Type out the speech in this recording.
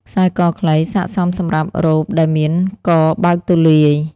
ខ្សែកខ្លី ស័ក្តិសមសម្រាប់រ៉ូបដែលមានកបើកទូលាយ។